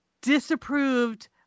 disapproved